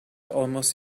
almost